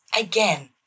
Again